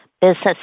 business